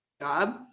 job